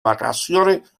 vacaciones